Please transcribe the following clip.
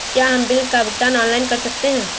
क्या हम बिल का भुगतान ऑनलाइन कर सकते हैं?